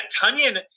Tunyon